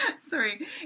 Sorry